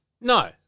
No